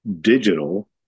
digital